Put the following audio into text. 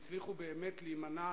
והצליחו להימנע.